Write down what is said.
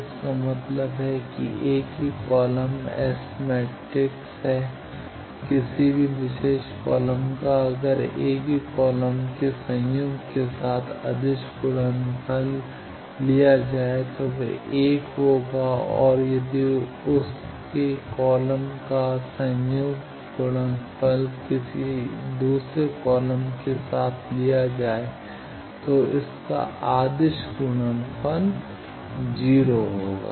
इसका मतलब है कि एक ही कॉलम S मैट्रिक्स है किसी भी विशेष कॉलम का अगर यह एक ही कॉलम के संयुग्म के साथ अदिश गुडनफल 1 है तो कॉलम के साथ संयुग्मित किसी भी कॉलम के अन्य कॉलम के संयुग्मित के साथ अदिश गुडनफल हमें 0 देंगे